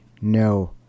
no